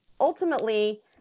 ultimately